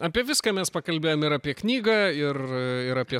apie viską mes pakalbėjom ir apie knygą ir ir apie